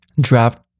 draft